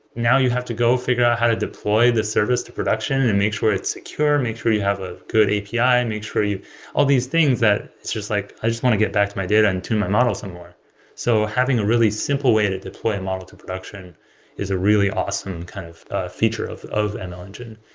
now you have to go figure out how to deploy this service to production and make sure it's secure, make sure you have a good api and make sure all these things that it's just like i just want to get back to my data and to my model somewhere so having a really simple way to deploy a and model to production is a really awesome kind of feature of of and ml engine.